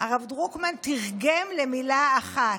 הרב דרוקמן תרגם למילה אחת,